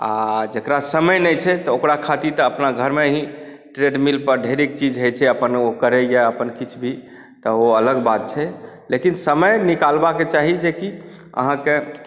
आओर जकरा समय नहि छै तऽ ओकरा ख़ातिर तऽ अपना घरमे ही ट्रेडमिलपर ढेरिक चीज़ होइ छै अपन ओ करैए अपन किछु भी तऽ ओ अलग बात छै लेकिन समय निकालबाक चाही जे कि अहाँके